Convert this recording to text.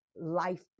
life